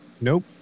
Nope